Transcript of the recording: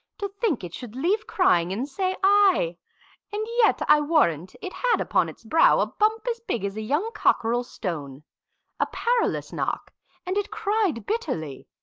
to think it should leave crying, and say ay and yet, i warrant, it had upon its brow a bump as big as a young cockerel's stone a parlous knock and it cried bitterly.